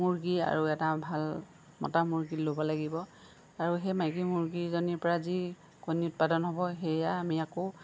মুৰ্গী আৰু এটা ভাল মতা মুৰ্গী ল'ব লাগিব আৰু সেই মাইকী মুৰ্গীজনীৰ পৰা যি কণী উৎপাদন হ'ব সেয়া আমি আকৌ